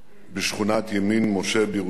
בשכונת ימין-משה בירושלים,